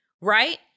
right